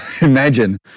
Imagine